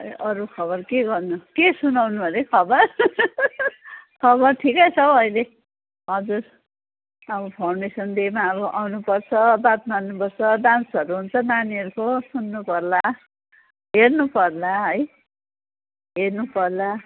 अरू खबर के गर्नु के सुनाउनु हरे खबर खबर ठिकै छ हौ अहिले हजुर अब फाउन्डेसन डेमा अब आउनुपर्छ बात मार्नुपर्छ डान्सहरू हुन्छ नानीहरको सुन्नु पर्ला हेर्नु पर्ला है हेर्नु पर्ला